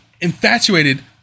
Infatuated